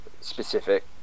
specific